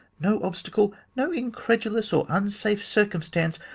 no obstacle, no incredulous or unsafe circumstance